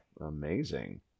amazing